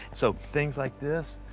so things like this,